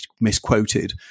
misquoted